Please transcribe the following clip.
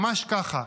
ממש ככה,